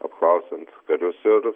apklausiant karius ir